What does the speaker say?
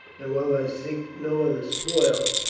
and while i seek no other spoil,